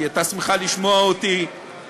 היא ודאי הייתה שמחה לשמוע אותי נואם,